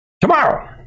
tomorrow